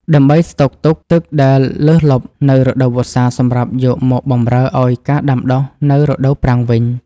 ដើម្បីស្តុកទុកទឹកដែលលើសលប់នៅរដូវវស្សាសម្រាប់យកមកបម្រើឱ្យការដាំដុះនៅរដូវប្រាំងវិញ។